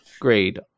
grade